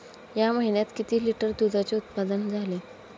या महीन्यात किती लिटर दुधाचे उत्पादन झाले?